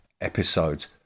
episodes